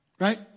Right